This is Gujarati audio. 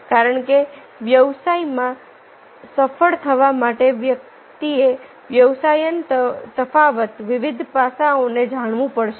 કારણ કે વ્યવસાયમાં સફળ થવા માટે વ્યક્તિએ વ્યવસાયના તફાવત વિવિધ પાસાઓને જાણવું પડશે